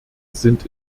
sind